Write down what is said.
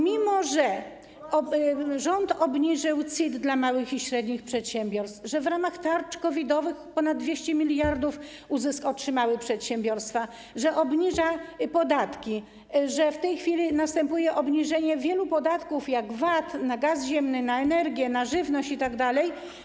Mimo że rząd obniżył CIT dla małych i średnich przedsiębiorstw, że w ramach tarcz COVID-owych ponad 200 mld uzysku otrzymały przedsiębiorstwa, że rząd obniża podatki, że w tej chwili następuje obniżenie wielu podatków, jak VAT na gaz ziemny, na energię, na żywność itd.